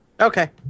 Okay